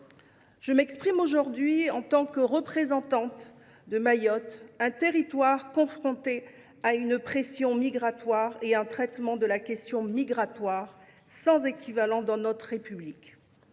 je m’exprime aujourd’hui en tant que représentante de Mayotte, un territoire confronté à une pression migratoire et à un traitement de la question migratoire sans équivalent dans notre République.